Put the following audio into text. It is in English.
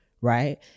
right